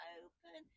open